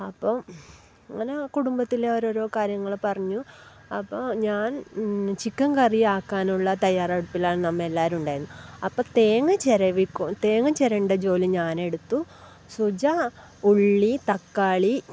അപ്പോൾ അങ്ങനെ കുടുംബത്തിലെ ഓരോരോ കാര്യങ്ങൾ പറഞ്ഞു അപ്പോൾ ഞാൻ ചിക്കൻ കറി ആക്കാനുള്ള തയ്യാറെടുപ്പിലാണ് നമ്മൾ എല്ലാവരും ഉണ്ടായിന് അപ്പം തേങ്ങ ചിരവി തേങ്ങ ചെരണ്ട ജോലി ഞാനെടുത്തു സുജ ഉള്ളി തക്കാളി